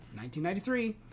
1993